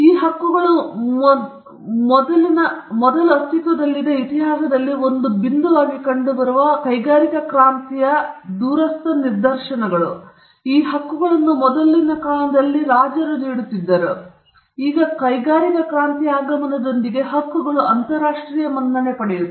ಈ ಹಕ್ಕುಗಳು ಇದಕ್ಕೆ ಮುಂಚಿನ ಅಸ್ತಿತ್ವದಲ್ಲಿದ್ದ ಇತಿಹಾಸದಲ್ಲಿ ಒಂದು ಬಿಂದುವಾಗಿ ಕಂಡುಬರುವ ಕೈಗಾರಿಕಾ ಕ್ರಾಂತಿಯ ದೂರಸ್ಥ ನಿದರ್ಶನಗಳು ಈ ಹಕ್ಕುಗಳನ್ನು ಕೆಲವು ರಾಜರು ನೀಡುತ್ತಿದ್ದರು ಆದರೆ ಕೈಗಾರಿಕಾ ಕ್ರಾಂತಿಯ ಆಗಮನದೊಂದಿಗೆ ಹಕ್ಕುಗಳು ಅಂತರರಾಷ್ಟ್ರೀಯ ಮನ್ನಣೆ ಪಡೆಯಿತು